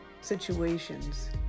situations